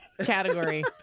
category